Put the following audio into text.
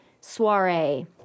Soiree